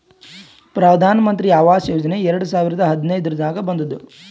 ಪ್ರಧಾನ್ ಮಂತ್ರಿ ಆವಾಸ್ ಯೋಜನಾ ಎರಡು ಸಾವಿರದ ಹದಿನೈದುರ್ನಾಗ್ ಬಂದುದ್